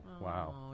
wow